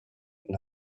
und